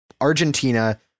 Argentina